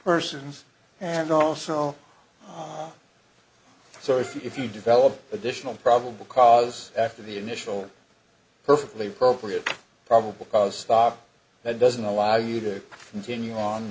persons and also so if you develop additional probable cause after the initial perfectly appropriate probable cause stop that doesn't allow you to continue on